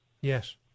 Yes